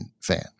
fan